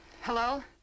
Hello